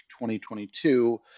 2022